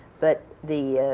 but the